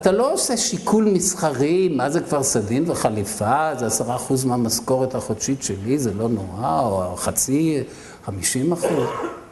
אתה לא עושה שיקול מסחרי, מה זה כבר סדין וחליפה? זה 10% מהמשכורת החודשית שלי, זה לא נורא, או חצי, חמישים אחוז.